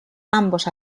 ambos